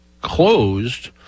closed